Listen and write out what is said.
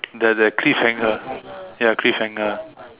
the the cliffhanger ya cliffhanger